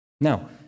Now